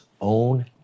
own